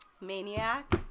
Maniac